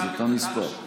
בעד.